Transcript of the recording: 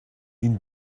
این